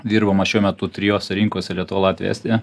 dirbama šiuo metu trijose rinkose lietuva latvija estija